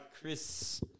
Chris